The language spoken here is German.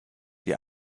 die